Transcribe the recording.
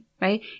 right